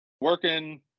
working